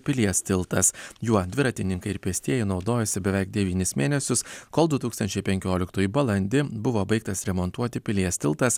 pilies tiltas juo dviratininkai ir pėstieji naudojosi beveik devynis mėnesius kol du tūkstančiai penkioliktųjų balandį buvo baigtas remontuoti pilies tiltas